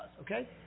Okay